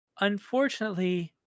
unfortunately